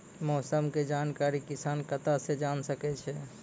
मौसम के जानकारी किसान कता सं जेन सके छै?